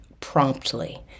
Promptly